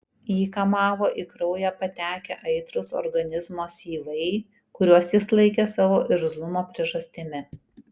jį kamavo į kraują patekę aitrūs organizmo syvai kuriuos jis laikė savo irzlumo priežastimi